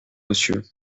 monsieur